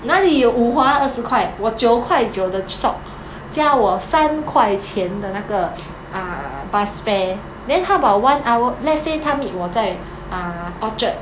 哪里有 wu hua 二十块我九块九的 sock 加我三块钱的那个 uh bus fare then how about one hour let's say 他 meet 我在 uh orchard